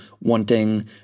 wanting